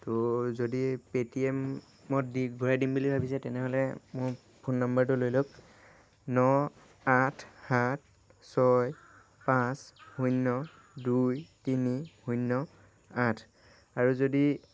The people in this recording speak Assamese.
তো যদি পে'টিএমত দি ঘূৰাই দিম বুলি ভাবিছে তেনেহ'লে মোৰ ফোন নাম্বাৰটো লৈ লওক ন আঠ সাত ছয় পাঁচ শূন্য দুই তিনি শূন্য আঠ আৰু যদি